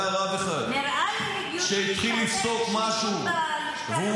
היה רב אחד שהתחיל לפסוק משהו -- נראה